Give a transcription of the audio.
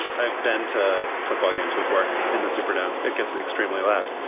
i've been to football games before in the superdome. it gets extremely loud.